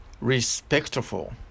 respectful